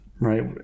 Right